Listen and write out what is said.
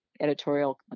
editorial